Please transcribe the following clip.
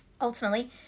Ultimately